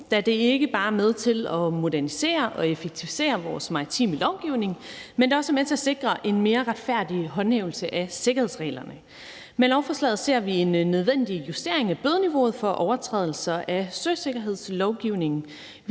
da det ikke bare er med til at modernisere og effektivisere vores maritime lovgivning, men også er med til at sikre en mere retfærdig håndhævelse af sikkerhedsreglerne. Med lovforslaget ser vi en nødvendig justering af bødeniveauet for overtrædelser af søsikkerhedslovgivningen.